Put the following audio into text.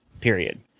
period